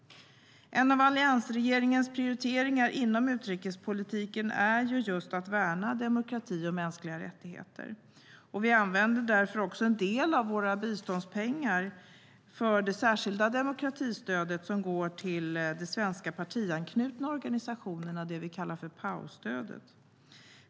En av alliansregeringens prioriteringar inom utrikespolitiken är just att värna demokrati och mänskliga rättigheter. Vi använder därför också en del av våra biståndspengar till det särskilda demokratistödet som går till svenska partiknutna organisationer, det vi kallar för PAO-stödet.